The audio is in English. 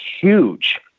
huge